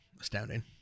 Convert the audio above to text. astounding